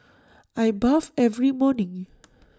I bathe every morning